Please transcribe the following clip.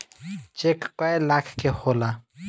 check कए लेखा के होला